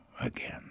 again